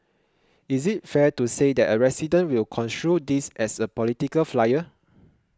is it fair to say that a resident will construe this as a political flyer